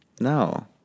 No